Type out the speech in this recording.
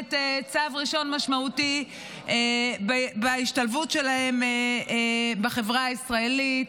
באמת צו ראשון משמעותי בהשתלבות שלהם בחברה הישראלית,